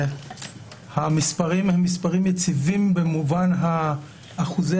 המספרים הם מספרים יציבים במובן של אחוזי